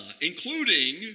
including